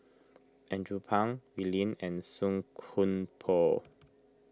Andrew Phang Wee Lin and Song Koon Poh